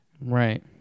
Right